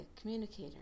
communicator